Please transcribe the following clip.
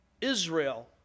Israel